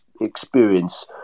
experience